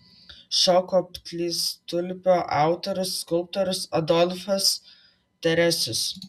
šio koplytstulpio autorius skulptorius adolfas teresius